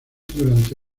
durante